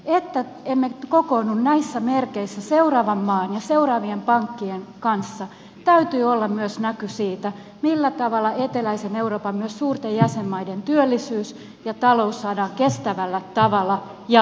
jotta emme kokoonnu näissä merkeissä seuraavan maan ja seuraavien pankkien kanssa täytyy olla myös näkymä siitä millä tavalla eteläisen euroopan myös suurten jäsenmaiden työllisyys ja talous saadaan kestävällä tavalla jaloilleen